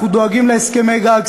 אנחנו דואגים להסכמי-גג,